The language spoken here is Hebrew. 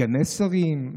סגני שרים,